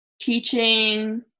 teaching